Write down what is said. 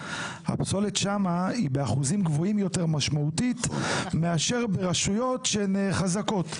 הפסולת שם היא באחוזים גבוהים יותר משמעותית מאשר ברשויות חזקות.